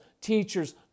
teachers